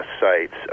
sites